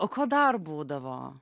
o ko dar būdavo